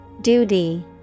Duty